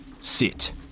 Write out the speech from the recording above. Sit